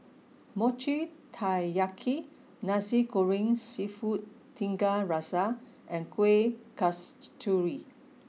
Mochi Taiyaki Nasi Goreng Seafood Tiga Rasa and Kuih Kasturi